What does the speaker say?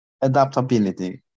Adaptability